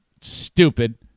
stupid